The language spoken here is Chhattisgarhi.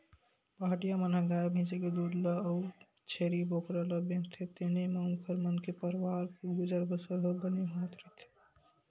पहाटिया मन ह गाय भइसी के दूद ल अउ छेरी बोकरा ल बेचथे तेने म ओखर मन के परवार के गुजर बसर ह बने होवत रहिथे